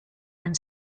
and